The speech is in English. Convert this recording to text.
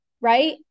right